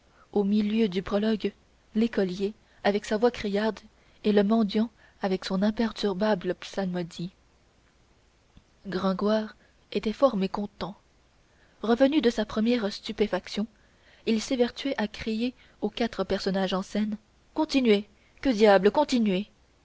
au milieu du prologue l'écolier avec sa voix criarde et le mendiant avec son imperturbable psalmodie gringoire était fort mécontent revenu de sa première stupéfaction il s'évertuait à crier aux quatre personnages en scène continuez que diable continuez